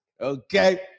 Okay